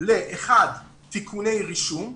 לתיקוני רישום,